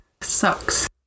Sucks